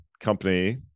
company